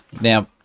now